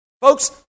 Folks